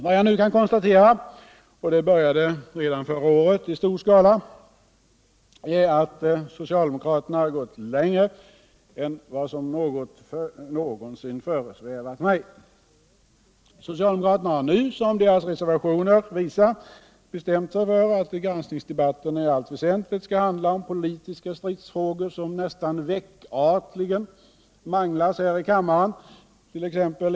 Vad jag nu kan konstatera — och det började redan förra året i stor skala — är att socialdemokraterna gått längre än vad som någonsin föresvävat mig. Socialdemokraterna har nu, som deras reservationer visar, bestämt sig för att granskningsdebatterna i allt väsentligt skall handla om politiska stridsfrågor som nästan varje vecka manglas här i kammaren —t.ex.